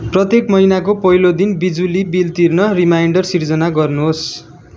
प्रत्येक महिनाको पहिलो दिन बिजुली बिल तिर्न रिमाइन्डर सृजना गर्नुहोस्